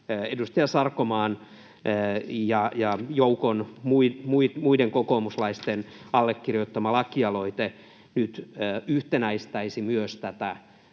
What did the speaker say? edustaja Sarkomaan ja joukon muita kokoomuslaisia allekirjoittama lakialoite nyt yhtenäistäisi myös tätä